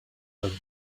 them